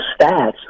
stats